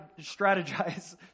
strategize